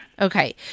Okay